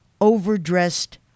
overdressed